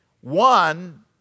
One